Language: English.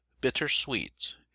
bitter-sweet